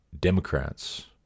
Democrats